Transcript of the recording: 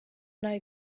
know